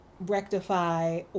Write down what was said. rectify